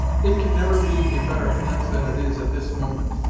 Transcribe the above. it can never be in better hands than it is, at this moment,